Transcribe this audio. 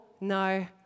no